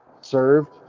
served